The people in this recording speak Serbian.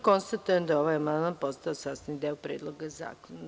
Konstatujem da je ovaj amandman postao sastavni deo Predloga Zakona.